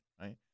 right